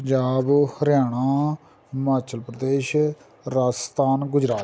Punjab Haryana Himachal Pradesh Rajasthan Gujarat